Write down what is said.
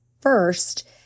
First